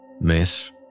Miss